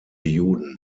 juden